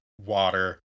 water